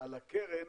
על הקרן